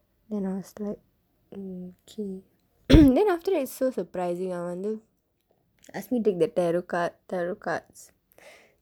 then I was like mm okay then after that it's so surprising அவங்கள் வந்து:avangkal vandthu ask me take the tarot cards tarot cards